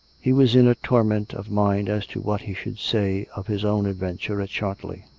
he was in a torment of mind as to what he should say of his own adventure at chartley.